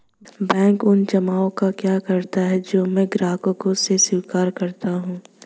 Bank उन जमाव का क्या करता है जो मैं ग्राहकों से स्वीकार करता हूँ?